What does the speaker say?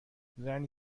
زنی